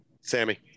Sammy